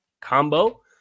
combo